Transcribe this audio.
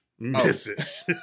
Misses